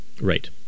Right